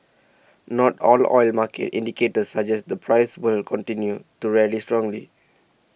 not all oil market indicators suggest the price will continue to rally strongly